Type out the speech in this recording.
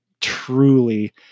truly